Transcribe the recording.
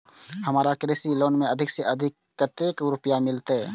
हमरा कृषि लोन में अधिक से अधिक कतेक रुपया मिलते?